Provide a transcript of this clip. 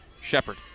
Shepard